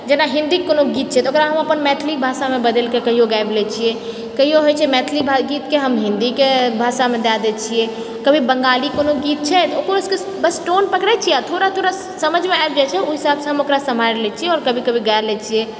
जेना हिन्दीके कोनो गीत छै तऽ ओकरा हम अपन मैथिली भाषामे बदलिके कहियो गाबि लै छियै कहियो होइत छै मैथिली गीतके हम हिन्दीके भाषामे दए दै छियै कभी बंगाली कोनो गीत छै तऽ ओकरो सबके बस टोन पकड़ै छियै आ थोड़ा थोड़ा समझमे आबि जाइत छै ओहि हिसाबसँ हम ओकरा सम्हारि लै छियै आओर कभी कभी गाए लै छियै